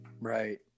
right